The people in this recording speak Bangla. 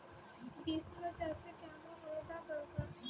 বিন্স চাষে কেমন ওয়েদার দরকার?